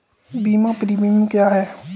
बीमा प्रीमियम क्या है?